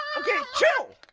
okay chill!